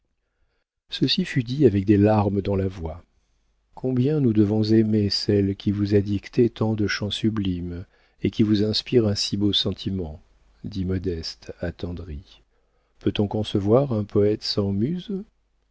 ceci fut dit avec des larmes dans la voix combien nous devons aimer celle qui vous a dicté tant de chants sublimes et qui vous inspire un si beau sentiment dit modeste attendrie peut-on concevoir un poëte sans muse